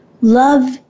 Love